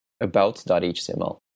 about.html